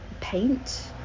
paint